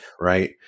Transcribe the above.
Right